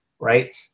Right